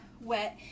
wet